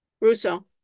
Russo